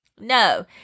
no